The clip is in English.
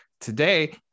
Today